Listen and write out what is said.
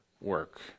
work